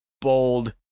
bold